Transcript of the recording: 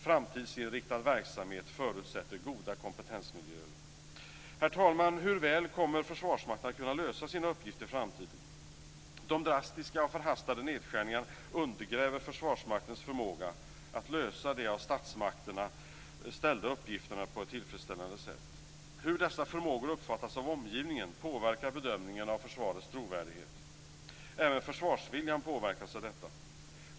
Framtidsinriktad verksamhet förutsätter goda kompetensmiljöer. Herr talman! Hur väl kommer Försvarsmakten att kunna lösa sina uppgifter i framtiden? De drastiska och förhastade nedskärningarna undergräver Försvarsmaktens förmåga att lösa de av statsmakterna ställda uppgifterna på ett tillfredsställande sätt. Hur dessa förmågor uppfattas av omgivningen påverkar bedömningen av försvarets trovärdighet. Även försvarsviljan påverkas av detta.